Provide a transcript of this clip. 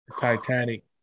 Titanic